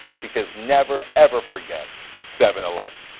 because never ever forget seven eleven.